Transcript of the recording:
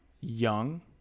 young